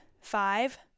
five